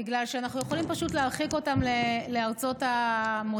בגלל שאנחנו יכולים פשוט להרחיק אותם לארצות המוצא.